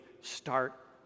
start